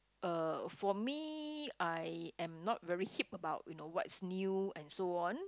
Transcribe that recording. uh for me I am not very hip about you know what is new and so on